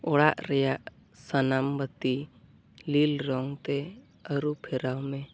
ᱚᱲᱟᱜ ᱨᱮᱭᱟᱜ ᱥᱟᱱᱟᱢ ᱵᱟᱹᱛᱤ ᱞᱤᱞ ᱨᱚᱝᱛᱮ ᱟᱹᱨᱩᱯᱷᱮᱨᱟᱣ ᱢᱮ